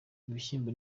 ibishyimbo